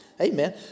amen